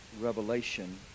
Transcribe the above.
revelation